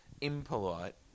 impolite